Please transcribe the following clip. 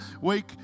week